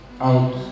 out